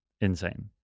insane